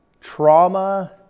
trauma